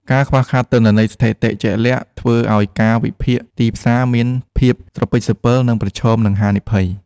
ការខ្វះខាតទិន្នន័យស្ថិតិជាក់លាក់ធ្វើឱ្យការវិភាគទីផ្សារមានភាពស្រពិចស្រពិល និងប្រឈមនឹងហានិភ័យ។